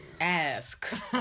Ask